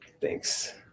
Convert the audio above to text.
thanks